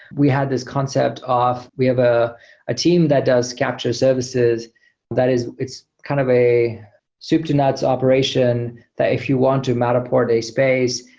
we had this concept of we have ah a team that does capture services that it's kind of a soup to nuts operation that if you want to matterport a space,